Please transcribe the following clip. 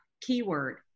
Keyword